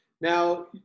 now